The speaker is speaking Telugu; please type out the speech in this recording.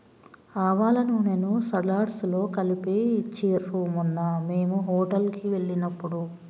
ఆవాల నూనెను సలాడ్స్ లో కలిపి ఇచ్చిండ్రు మొన్న మేము హోటల్ కి వెళ్ళినప్పుడు